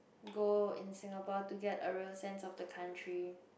go in Singapore to get a real sense of the country